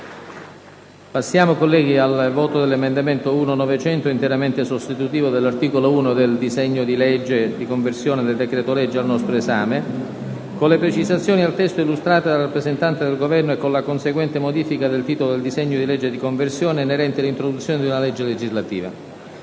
1.900, presentato dal Governo, interamente sostitutivo dell'articolo unico del disegno di legge di conversione del decreto-legge n. 138 del 2011, con le precisazioni al testo illustrate dal rappresentante del Governo e con la conseguente modifica del titolo del disegno di legge di conversione, inerente l'introduzione di una delega legislativa.